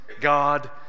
God